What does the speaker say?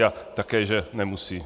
A také že nemusí.